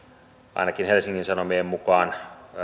ainakin helsingin sanomien mukaan